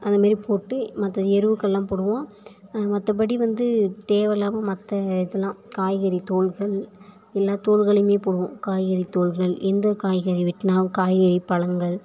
அதுமாதிரி போட்டு மற்ற எருவுக்களெலாம் போடுவோம் மற்றபடி வந்து தேவைல்லாம மற்ற இதெல்லாம் காய்கறி தோல்கள் எல்லா தோல்களையுமே போடுவோம் காய்கறி தோல்கள் எந்த காய்கறி வெட்டினாலும் காய்கறி பழங்கள்